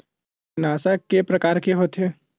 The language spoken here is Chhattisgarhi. कीटनाशक के प्रकार के होथे?